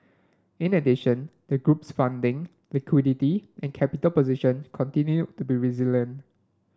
in addition the group's funding liquidity and capital position continued to be resilient